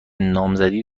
نامزدی